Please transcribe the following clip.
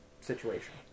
situation